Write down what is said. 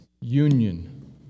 union